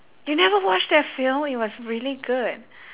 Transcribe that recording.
you never watch that film it was really good